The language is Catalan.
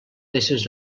peces